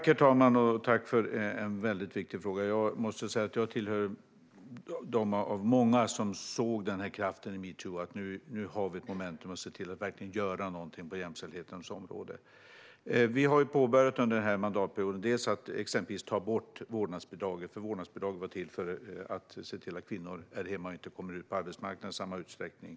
Herr talman! Tack för en väldigt viktig fråga! Jag är en av många som såg kraften i metoo. Nu har vi ett momentum att verkligen göra någonting på jämställdhetens område. Under den här mandatperioden har vi tagit bort vårdnadsbidraget som bidrog till att kvinnor stannade hemma och inte kom ut på arbetsmarknaden i samma utsträckning.